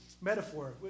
metaphor